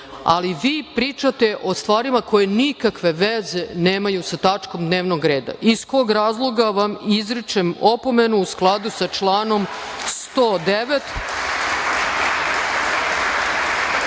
Ali, vi pričate o stvarima koje nikakve veze nemaju sa tačkom dnevnog reda, iz kog razloga vam izričem opomenu u skladu sa članom 109: